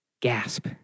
Gasp